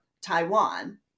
Taiwan